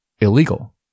illegal